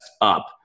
up